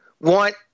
want –